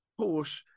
Porsche